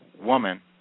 woman